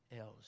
else